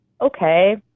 okay